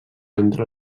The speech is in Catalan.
entre